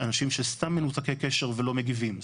אנשים שסתם מנותקי קשר ולא מגיבים.